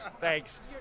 Thanks